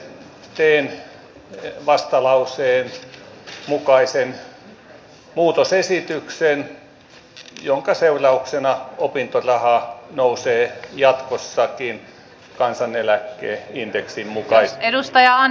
teen vastalauseen mukaisen muutosesityksen jonka seurauksena opintoraha nousee jatkossakin kansaneläkeindeksin mukaisesti